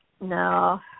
No